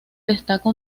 destaca